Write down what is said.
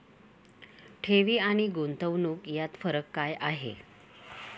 ठेवी आणि गुंतवणूक यात फरक काय आहे?